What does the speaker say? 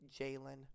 Jalen